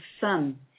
sun